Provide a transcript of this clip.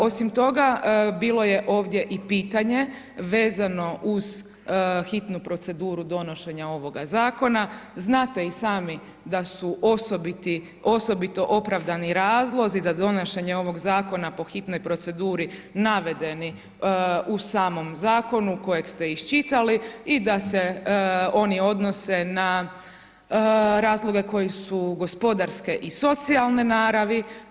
Osim toga, bilo je ovdje i pitanje vezano uz hitnu proceduru donošenja ovoga Zakona, znate i sami da su osobiti, osobito opravdani razlozi za donošenje ovog Zakona po hitnoj proceduri navedeni u samom Zakonu kojeg ste isčitali, i da se oni odnose na razloge koji su gospodarske i socijalne naravi.